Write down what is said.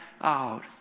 out